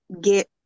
get